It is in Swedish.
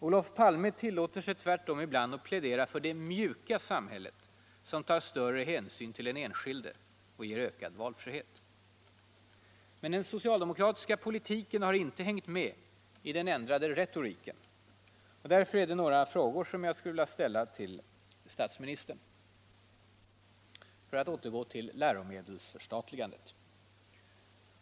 Olof Palme tillåter sig tvärtom ibland att plädera för ”det mjuka samhället”, som tar större hänsyn till den enskilde och ger ökad valfrihet. Men den socialdemokratiska politiken har inte hängt med i den ändrade retoriken. Det är därför några frågor jag skulle vilja ställa till statsministern. Jag återgår till frågan om läromedelsförstatligande.